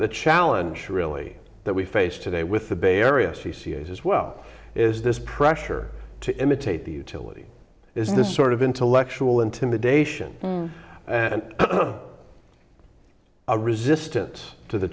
the challenge really that we face today with the bay area c c s as well is this pressure to imitate the utility is this sort of intellectual intimidation and a resistance to the